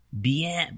bien